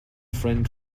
friend